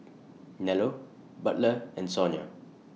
Nello Butler and Sonja